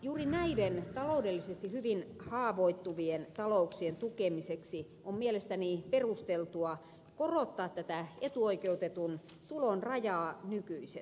juuri näiden taloudellisesti hyvin haavoittuvien talouksien tukemiseksi on mielestäni perusteltua korottaa tätä etuoikeutetun tulon rajaa nykyisestä